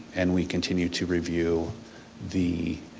and we continued to review the